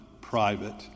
private